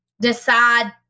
decide